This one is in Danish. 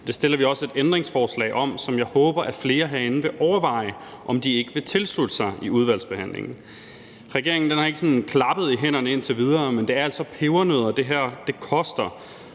Det stiller vi også et ændringsforslag om, og jeg håber, at flere herinde vil overveje, om de ikke vil tilslutte sig det i udvalgsbehandlingen. Regeringen har ikke sådan klappet i hænderne indtil videre, men det er altså pebernødder, det her koster.